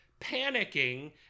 panicking